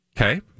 Okay